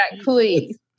please